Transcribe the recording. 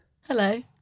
Hello